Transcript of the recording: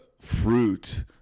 fruit